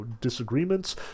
disagreements